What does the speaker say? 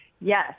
Yes